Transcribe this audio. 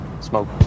smoke